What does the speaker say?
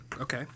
Okay